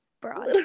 broad